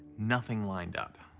nothing lined up.